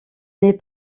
n’est